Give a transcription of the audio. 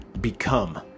become